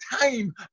time